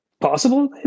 possible